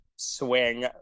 swing